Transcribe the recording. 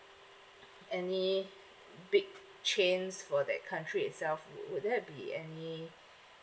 any big chains for that country itself wo~ would there be any